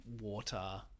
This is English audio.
water